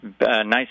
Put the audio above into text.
nice